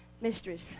Mistress